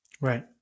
right